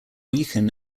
weaken